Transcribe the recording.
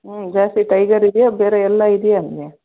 ಹ್ಞೂ ಜಾಸ್ತಿ ಟೈಗರ್ ಇದೆಯಾ ಬೇರೆ ಎಲ್ಲ ಇದೆಯಾ ಅಲ್ಲಿ